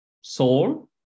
soul